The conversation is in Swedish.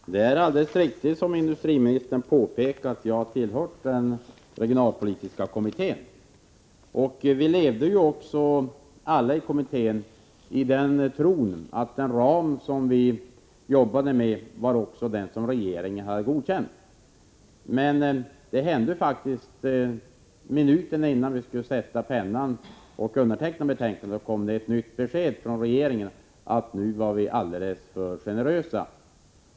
Herr talman! Det är alldeles riktigt, som industriministern påpekar, att jag har tillhört den regionalpolitiska kommittén. Alla i kommittén levde också i tron att den ram som vi jobbade med också var den som regeringen hade godkänt. Men det hände faktiskt — minuterna innan vi skulle underteckna betänkandet — att det kom ett nytt besked från regeringen om att vi var alldeles för generösa.